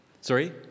sorry